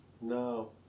No